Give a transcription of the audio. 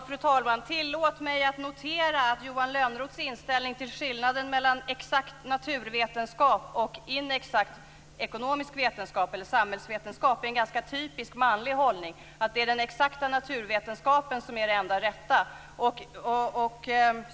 Fru talman! Tillåt mig att notera att Johan Lönnroths inställning till skillnaden mellan exakt naturvetenskap och inexakt ekonomisk vetenskap eller samhällsvetenskap är en ganska typisk manlig hållning, nämligen att det är den exakta naturvetenskapen som är den enda rätta.